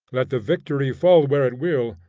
let the victory fall where it will,